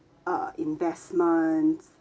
uh investments